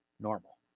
normal